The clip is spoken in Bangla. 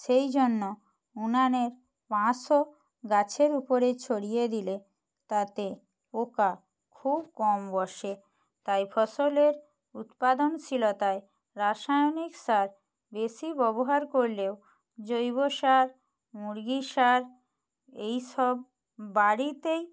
সেই জন্য উনানের মাসও গাছের উপরে ছড়িয়ে দিলে তাতে পোকা খুব কম বসে তাই ফসলের উৎপাদনশীলতায় রাসায়নিক সার বেশি ব্যবহার করলেও জৈব সার মুরগি সার এইসব বাড়িতেই